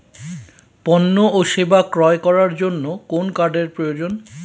পণ্য ও সেবা ক্রয় করার জন্য কোন কার্ডের প্রয়োজন?